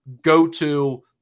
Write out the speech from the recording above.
go-to